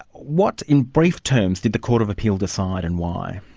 what, in brief terms, did the court of appeal decide, and why?